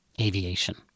Aviation